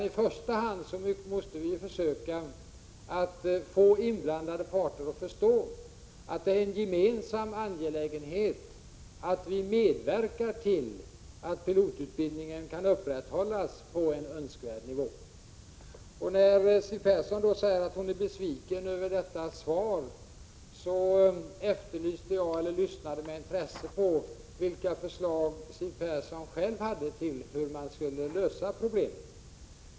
I första hand måste vi försöka få inblandade parter att förstå att det är en gemensamt angelägenhet för oss att medverka till att pilotutbildningen kan upprätthållas på en önskvärd nivå. Siw Persson sade att hon är besviken över svaret. Jag lyssnade då med intresse till vilka förslag Siw Persson själv hade om hur man skall lösa problemet.